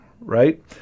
right